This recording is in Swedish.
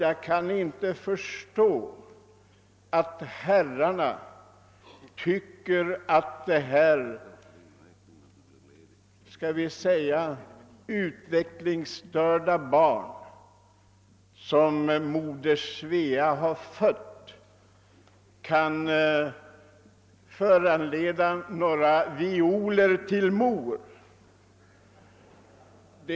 Jag kan förstå att man tycker att 'Moder Sveas utvecklingsstörda barn — jordabalken — nu överlämnar violer till mor.